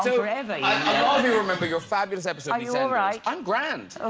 forever remember your fabulous episodes alright, i'm grant